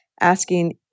asking